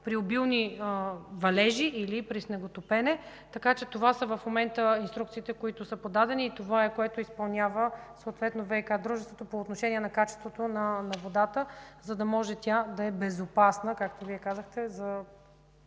при обилни валежи или при снеготопене, така че това са в момента инструкциите, които са подадени. Това е, което изпълнява съответно ВиК дружеството по отношение на качеството на водата, за да може тя да е безопасна, както Вие казахте, поне